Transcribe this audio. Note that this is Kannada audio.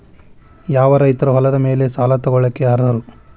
ಯಾವ ರೈತರು ಹೊಲದ ಮೇಲೆ ಸಾಲ ತಗೊಳ್ಳೋಕೆ ಅರ್ಹರು?